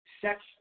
sex